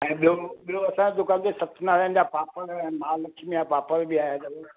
ऐं ॿियो ॿियो असां जे दुकान ते सतनारायण जा पापड़ ऐं महालक्ष्मीअ जा पापड़ बि आया अथव